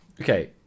Okay